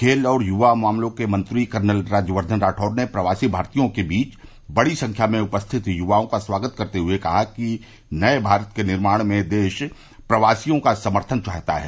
खेल और युवा मामले मंत्री कर्नल राज्यवद्दघन राठौड़ ने प्रवासी भारतीयों के बीच बड़ी संख्या में उपस्थित युवाओं का स्वागत करते हुए कहा कि नए भारत के निर्माण में देश प्रवासियों का समर्थन चाहता है